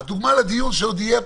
זה שני דברים מאוד-מאוד חשובים שמביאים